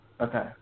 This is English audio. Okay